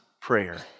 prayer